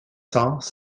cents